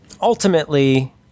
Ultimately